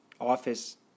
Office